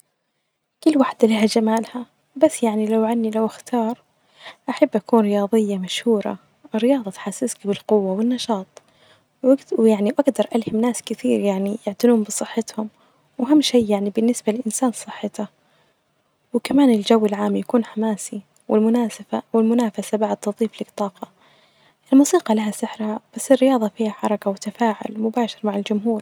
كل واحدة ليها جمالها بس يعني لو عندي لو أختار أحب أكون رياضية مشهورة ا، لرياضة تحسسك بالقوة والنشاط ،واق يعني أجدر ألهم ناس كتير يعني يعتنون بصحتهم، وأهم شيء يعني بلنسبة للإنسان صحته ،وكمان الجو العام يكون حماسي والمناسفه والمنافسة بعد تظيف لك طاقة ،الموسيقي لها سحرها ،بس الرياضة فيهاحركة وتفاعل مباشر مع الجمهور.